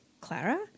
Clara